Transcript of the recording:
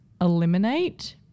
eliminate